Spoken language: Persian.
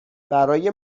برای